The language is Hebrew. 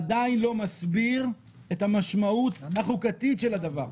עדיין לא מסביר את המשמעות החוקתית של הדבר.